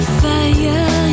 fire